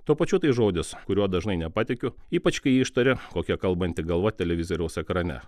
tuo pačiu tai žodis kuriuo dažnai nepatikiu ypač kai jį ištaria kokia kalbanti galva televizoriaus ekrane